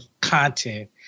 content